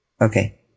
Okay